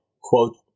quote